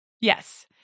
Yes